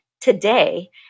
today